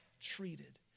treated